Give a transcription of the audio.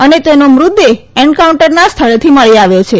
અને તેનો મૃતદેહ એન્કાઉન્ટરા સ્થળેથી મળી આવ્યો છે